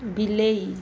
ବିଲେଇ